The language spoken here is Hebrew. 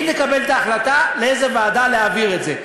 היא תקבל את ההחלטה לאיזו ועדה להעביר את זה.